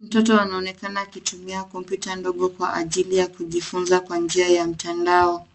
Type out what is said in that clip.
Mtoto anaonekana akitumia kompyuta ndogo kwa ajili ya kujifunza kwa njia ya mtandao.